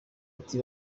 ati